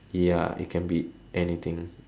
ya it can be anything